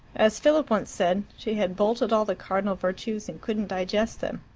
as philip once said, she had bolted all the cardinal virtues and couldn't digest them.